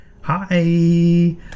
Hi